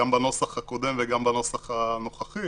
בנוסח הקודם וגם בנוסח הנוכחי